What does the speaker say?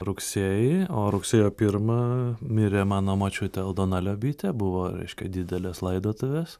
rugsėjį o rugsėjo pirmą mirė mano močiutė aldona liobytė buvo reiškia didelės laidotuvės